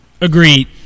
Agreed